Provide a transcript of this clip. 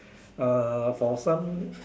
uh for some